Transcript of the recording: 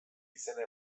izena